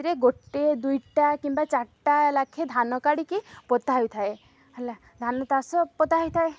ସେଥିରେ ଗୋଟେ ଦୁଇଟା କିମ୍ବା ଚାରିଟା ଲାଖେ ଧାନ କାଢ଼ିକି ପୋତା ହୋଇଥାଏ ହେଲା ଧାନ ତାଷ ପୋତା ହେଇଥାଏ